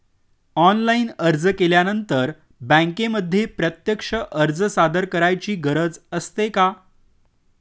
Online अर्ज केल्यानंतर बँकेमध्ये प्रत्यक्ष अर्ज सादर करायची गरज असते का?